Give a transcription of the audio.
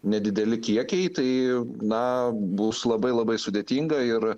nedideli kiekiai tai na bus labai labai sudėtinga ir